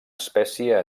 espècie